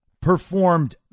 performed